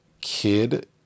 kid